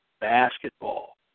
basketball